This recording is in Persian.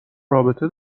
رابطه